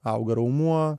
auga raumuo